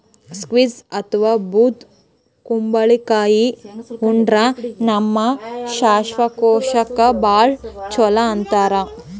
squash ಅಥವಾ ಬೂದ್ ಕುಂಬಳಕಾಯಿ ಉಂಡ್ರ ನಮ್ ಶ್ವಾಸಕೋಶಕ್ಕ್ ಭಾಳ್ ಛಲೋ ಅಂತಾರ್